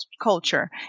culture